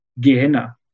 Gehenna